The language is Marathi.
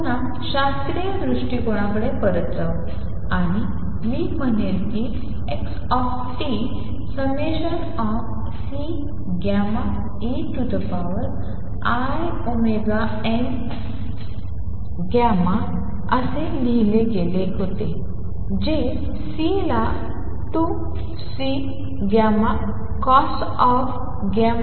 पुन्हा शास्त्रीय दृश्याकडे परत जा आणि मी म्हणेन की x ∑Ceiωnt असे लिहिले गेले होते जे C ला 2Ccos⁡τωt